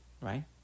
right